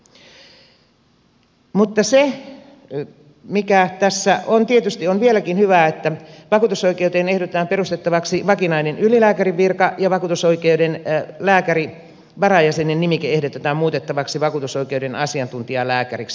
mutta se mikä tässä on tietysti vieläkin hyvä on että vakuutusoikeuteen ehdotetaan perustettavaksi vakinainen ylilääkärin virka ja vakuutusoikeuden lääkärivarajäsenen nimike ehdotetaan muutettavaksi vakuutusoikeuden asiantuntijalääkäriksi